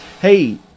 hey